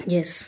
Yes